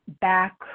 back